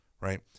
right